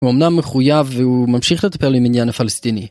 הוא אמנם מחויב והוא ממשיך לטפל עם עניין הפלסטיני.